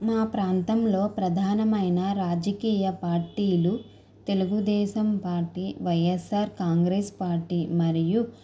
మా ప్రాంతంలో ప్రాధానమైన రాజకీయ పార్టీలు Telugu Desam party YSR Congress party మరియు